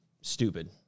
stupid